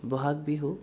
Bohag Bihu